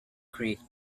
creek